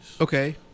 Okay